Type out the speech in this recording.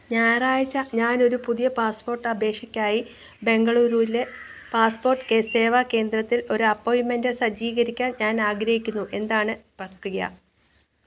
ഞായറാഴ്ച ഞാനൊരു പുതിയ പാസ്പോർട്ട് അപേക്ഷയ്ക്കായി ബെംഗളൂരുവിലെ പാസ്പോർട്ട് സേവാ കേന്ദ്രത്തിൽ ഒരു അപ്പോയിൻ്റ്മെൻ്റ് സജ്ജീകരിക്കാൻ ഞാൻ ആഗ്രഹിക്കുന്നു എന്താണ് പ്രക്രിയ